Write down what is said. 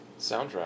soundtrack